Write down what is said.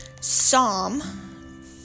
Psalm